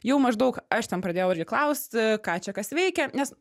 jau maždaug aš ten pradėjau irgi klaust ką čia kas veikia nes